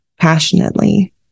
passionately